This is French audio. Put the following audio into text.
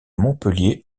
montpellier